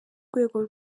rwego